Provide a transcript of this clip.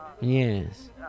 Yes